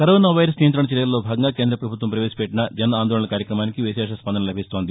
corona virus నియంతణ చర్యల్లో భాగంగా కేంద్రప్రభుత్వం ప్రవేశపెట్టిన జన్ ఆందోళన్ కార్యక్రమానికి విశేష స్పందన లభిస్తోంది